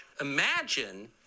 Imagine